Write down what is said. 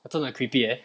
真的 creepy eh